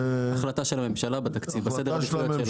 זה החלטה של הממשלה בתקציב, הסדר עדיפויות שלה.